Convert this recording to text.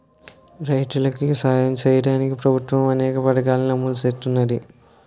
రైతులికి సాయం సెయ్యడానికి ప్రభుత్వము అనేక పథకాలని అమలు సేత్తన్నాది